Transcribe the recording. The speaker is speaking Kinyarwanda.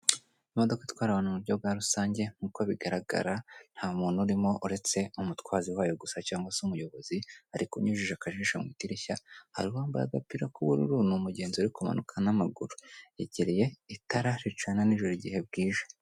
Imodoka itwara abantu buryo bwa rusange nk'uko bigaragara, nta muntu urimo uretse umutwaza wayo gusa cyangwa se umuyobozi, ariko unyujije akajisho mu idirishya hari uwambaye agapira k'ubururu, ni umugenzi uri kumanuka n'amaguru, yegereye itara ricana nijoro igihe bwije.